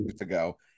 ago